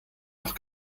doch